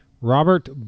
Robert